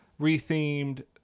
rethemed